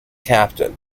captain